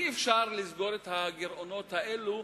אי-אפשר לסגור את הגירעונות האלו,